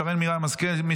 שרן מרים השכל,